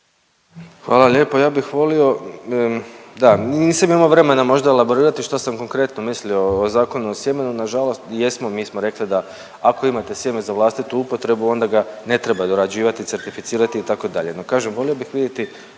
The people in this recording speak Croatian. Hvala lijepa. Ja bih volio, da nisam imao vremena možda elaborirati što sam konkretno mislio o Zakonu o sjemenu. Na žalost i jesmo, mi smo rekli da ako imate sjeme da vlastitu upotrebu onda ga ne treba dorađivati, certificirati itd. No kažem, volio bih vidjeti